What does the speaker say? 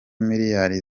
miliyari